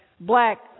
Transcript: black